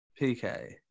PK